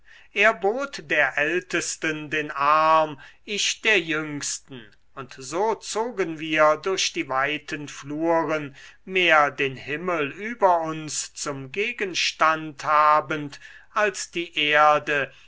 er bot der ältesten den arm ich der jüngsten und so zogen wir durch die weiten fluren mehr den himmel über uns zum gegenstand habend als die erde